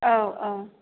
औ औ